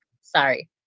Sorry